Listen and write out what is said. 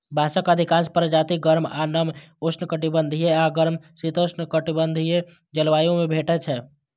बांसक अधिकांश प्रजाति गर्म आ नम उष्णकटिबंधीय आ गर्म समशीतोष्ण जलवायु मे भेटै छै